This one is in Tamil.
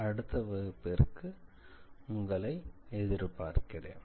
அடுத்த வகுப்பிற்கு உங்களை எதிர்பார்க்கிறேன்